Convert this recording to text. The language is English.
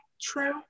true